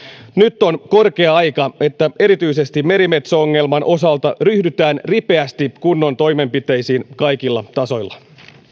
nyt on korkea aika että erityisesti merimetso ongelman osalta ryhdytään ripeästi kunnon toimenpiteisiin kaikilla tasoilla